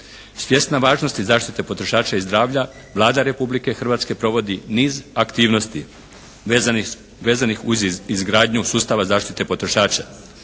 Svjesna važnosti zaštite potrošača i zdravlja Vlada Republike Hrvatske provodi niz aktivnosti vezanih uz izgradnju sustava zaštite potrošača.